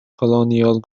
colonial